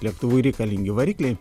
lėktuvui reikalingi varikliai